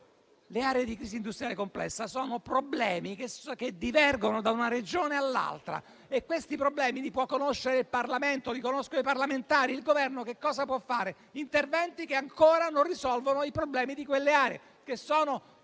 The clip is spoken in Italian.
Le aree di crisi industriale complessa sono problemi che divergono da una Regione all'altra e questi problemi li conoscono il Parlamento e i parlamentari. Il Governo che cosa può fare? Può fare interventi che ancora non risolvono i problemi di quelle aree che sono